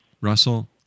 Russell